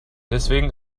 deswegen